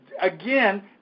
Again